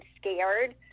scared